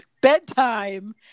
Bedtime